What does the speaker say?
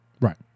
right